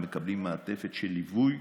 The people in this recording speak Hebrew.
הם מקבלים מעטפת של ליווי,